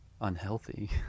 unhealthy